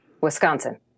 wisconsin